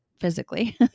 physically